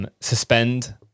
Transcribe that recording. Suspend